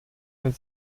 wenn